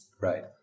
Right